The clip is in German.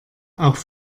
auch